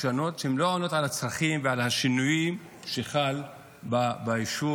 שהן לא עונות על הצרכים ועל השינויים שחלים ביישוב